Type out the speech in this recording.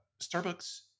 Starbucks